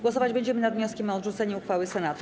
Głosować będziemy nad wnioskiem o odrzucenie uchwały Senatu.